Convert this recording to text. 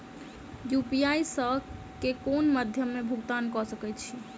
UPI सऽ केँ कुन मध्यमे मे भुगतान कऽ सकय छी?